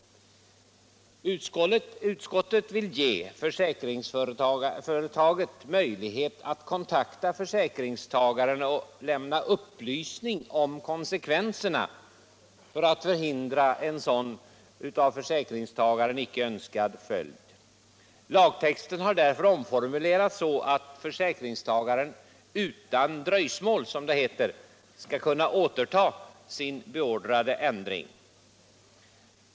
Utskottet vill ge försäkringsföretagen möjlighet att kontakta försäkringstagare och lämna upplysning om konsekvenserna för att förhindra en sådan för försäkringstagaren icke önskad följd. Lagtexten har därför omformulerats så att försäkringstagaren ”utan dröjsmål” skall kunna återta sin beordrade ändring.